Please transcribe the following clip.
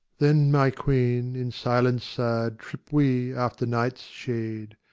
then, my queen, in silence sad, trip we after night's shade.